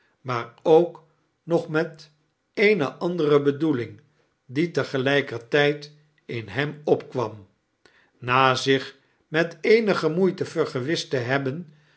maar ook nog met eene andere bedoeling die te gelijkertijd in hem opkwam na zich met eenige moeite vergewist te hebhan